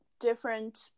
Different